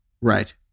Right